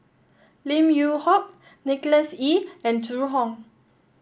Lim Yew Hock Nicholas Ee and Zhu Hong